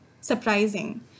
surprising